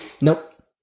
nope